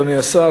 אדוני השר,